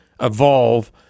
evolve